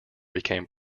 became